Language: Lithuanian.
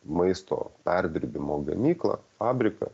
maisto perdirbimo gamyklą fabriką